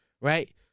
Right